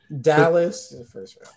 Dallas